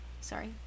sorry